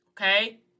okay